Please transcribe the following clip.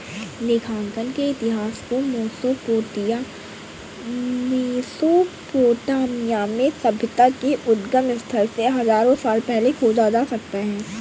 लेखांकन के इतिहास को मेसोपोटामिया में सभ्यता के उद्गम स्थल से हजारों साल पहले खोजा जा सकता हैं